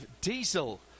diesel